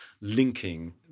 linking